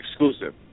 exclusive